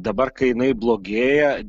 dabar kai jinai blogėja